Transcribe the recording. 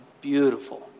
beautiful